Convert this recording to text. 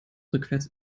rückwärts